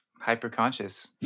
hyper-conscious